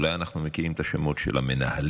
אולי אנחנו מכירים את השמות של המנהלים.